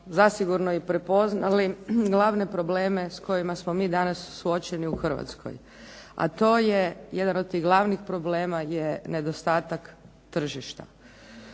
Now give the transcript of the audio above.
zasigurno prepoznali glavne probleme s kojima smo mi danas suočeni u Hrvatskoj, a to je jedan od glavnih problema je nedostatak tržišta.